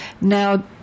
Now